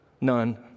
None